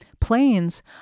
Planes